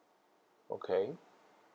okay